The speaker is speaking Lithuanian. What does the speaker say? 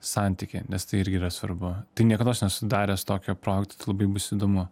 santykį nes tai irgi yra svarbu tai niekados nesu daręs tokio projekto tai labai bus įdomu